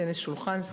טניס שולחן,